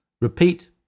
Repeat